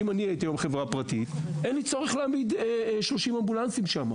אם הייתי היום חברה פרטית אין לי צורך להעמיד שם 30 אמבולנסים.